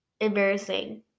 embarrassing